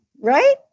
right